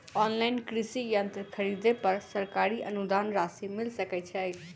Online कृषि यंत्र खरीदे पर सरकारी अनुदान राशि मिल सकै छैय?